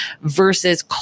versus